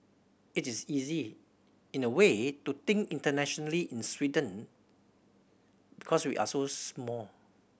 it is easy in a way to think internationally in Sweden because we're so small